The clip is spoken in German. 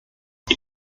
die